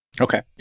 Okay